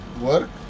work